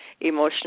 emotional